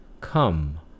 Come